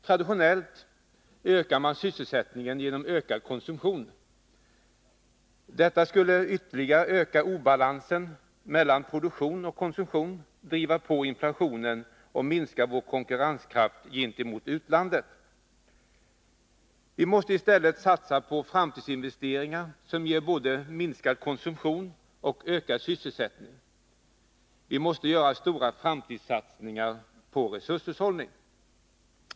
Traditionellt ökar man sysselsättningen genom ökad konsumtion. Detta skulle ytterligare öka obalansen mellan produktion och konsumtion, driva på inflationen och minska vår konkurrenskraft gentemot utlandet. Vi måste i stället satsa på framtidsinvesteringar som ger både minskad konsumtion och ökad sysselsättning. Vi måste göra stora framtidssatsningar på resurshushållning.